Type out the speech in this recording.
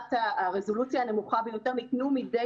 ברמת הרזולוציה הנמוכה ביותר ניתנו מדי